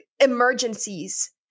emergencies